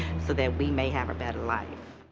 so that we may have a better life.